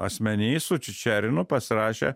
asmeny su čičerinu pasirašė